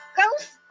ghost